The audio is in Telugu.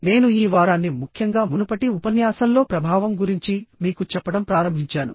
నేను ఈ వారాన్ని ముఖ్యంగా మునుపటి ఉపన్యాసంలో ప్రభావం గురించి మీకు చెప్పడం ప్రారంభించాను